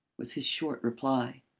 was his short reply.